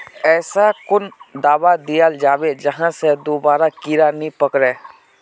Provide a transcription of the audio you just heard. ऐसा कुन दाबा दियाल जाबे जहा से दोबारा कीड़ा नी पकड़े?